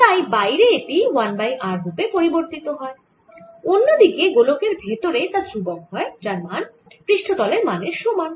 তাই বাইরে এটি 1 বাই r রুপে পরিবর্তিত হয় অন্য দিকে গোলকের ভেতরে তা ধ্রুবক হয় যার মান পৃষ্ঠতলের মানের সমান